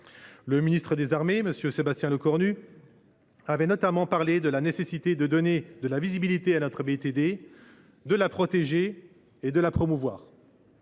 Le ministre des armées, M. Sébastien Lecornu, avait notamment parlé de la nécessité de donner de la visibilité à notre BITD, de la protéger et de la promouvoir.